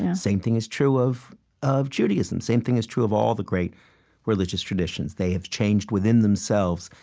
and same thing is true of of judaism. same thing is true of all the great religious traditions. they have changed within themselves,